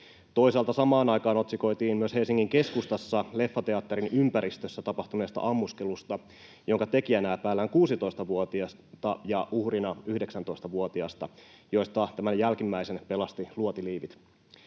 Toisaalta samaan aikaan otsikoitiin myös Helsingin keskustassa leffateatterin ympäristössä tapahtuneesta ammuskelusta, jonka tekijäksi epäillään 16-vuotiasta ja uhriksi 19-vuotiasta. Jälkimmäisen pelastivat luotiliivit.